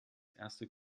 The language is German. erste